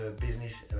business